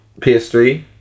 PS3